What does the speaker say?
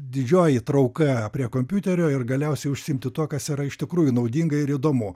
didžioji trauka prie kompiuterio ir galiausiai užsiimti tuo kas yra iš tikrųjų naudinga ir įdomu